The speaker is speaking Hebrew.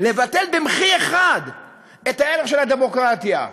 לבטל במחי אחד את הערך של הדמוקרטיה.